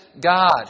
God